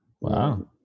Wow